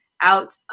out